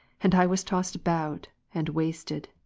and i was tossed about, and wasted,